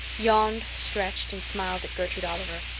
yawned, stretched, and smiled at gertrude oliver.